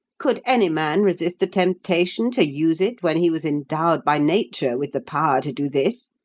could any man resist the temptation to use it when he was endowed by nature with the power to do this?